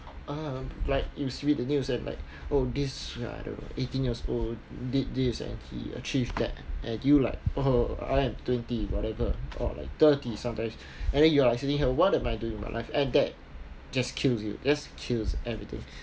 um like you read the news and like oh this I don't know eighteen years old did this and he achieve that and you like oh I am twenty whatever or like thirty sometimes and then you are actually have what am I doing with my life and that just kills you just kills everything